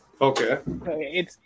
okay